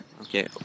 Okay